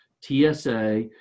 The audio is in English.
TSA